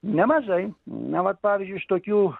nemažai na vat pavyzdžiuiiš tokių